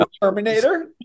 Terminator